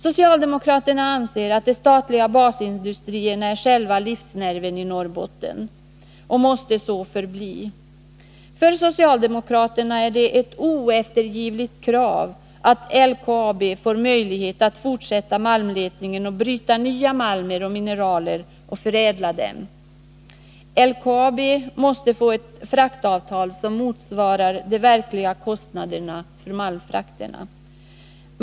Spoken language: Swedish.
Socialdemokraterna anser att de statliga basindustrierna är själva livsnerven i Norrbotten och måste så förbli. För socialdemokraterna är det ett oeftergivligt krav att LKAB får möjlighet att fortsätta malmletningen, bryta nya malmer och mineraler och förädla dem. LKAB måste få ett fraktavtal som motsvarar de verkliga kostnaderna för malmfrakterna.